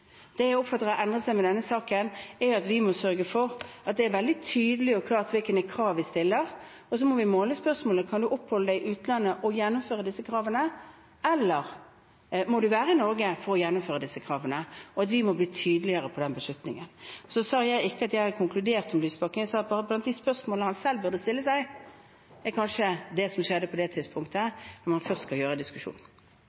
Det jeg oppfatter har endret seg med denne saken, er at vi må sørge for at det er veldig tydelig og klart hvilke krav vi stiller. Og så må vi måle det i spørsmålet: Kan man oppholde seg i utlandet og gjennomføre disse kravene, eller må man være i Norge for å gjennomføre disse kravene? Vi må bli tydeligere på den beslutningen. Og jeg sa ikke at jeg hadde konkludert om statsråd Lysbakken. Jeg sa bare at blant de spørsmålene han selv burde stille seg, er kanskje hva som skjedde på det tidspunktet